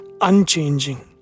unchanging